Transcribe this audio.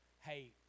Hey